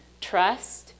Trust